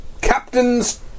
captains